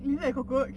lizard or cockroach